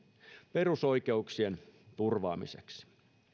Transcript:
perusoikeuksien turvaamiseksi